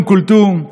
ואום כולתום,